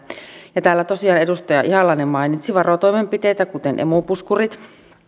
täällä tosiaan edustaja ihalainen mainitsi varotoimenpiteitä kuten emu puskurit